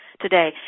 today